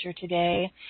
today